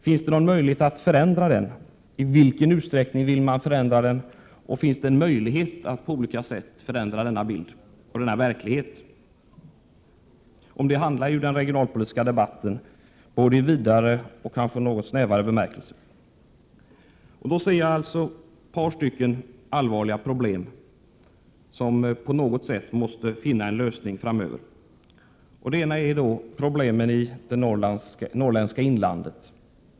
Finns det någon möjlighet att förändra denna bild? I vilken utsträckning vill man förändra den? Finns det i så fall någon möjlighet att på olika sätt förändra denna bild och den verklighet som råder? Om dessa frågor handlar ju den regionalpolitiska debatten, både i vidare och kanske även i något snävare bemärkelse. Det finns ett par allvarliga problem som på något sätt måste få en lösning. Det ena är situationen i det norrländska inlandet.